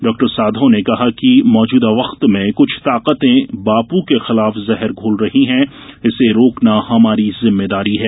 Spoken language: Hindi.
डाक्टर साधौ ने कहा कि मौजूदा वक्त में कुछ ताकतें बापू के खिलाफ जहर घोल रही हैं इसे रोकना हमारी जिम्मेदारी है